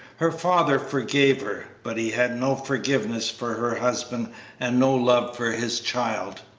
her father forgave her, but he had no forgiveness for her husband and no love for his child.